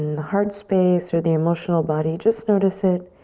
the heart space or the emotional body, just notice it,